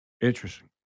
Interesting